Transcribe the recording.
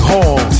Hall